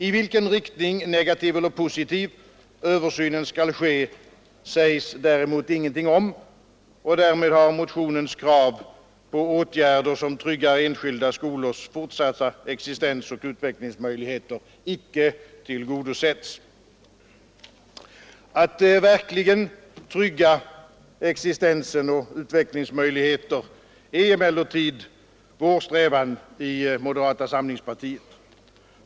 I vilken riktning, negativ eller positiv, översynen skall ske sägs däremot ingenting om, och därmed har motionens krav på åtgärder som tryggar enskilda skolors fortsatta existens och utvecklingsmöjligheter icke tillgodosetts. Att verkligen trygga existens och utvecklingsmöjligheter är emellertid vår strävan i moderata samlingspartiet.